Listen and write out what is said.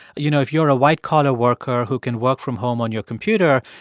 you know, if you're a white-collar worker who can work from home on your computer,